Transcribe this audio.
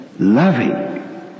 Loving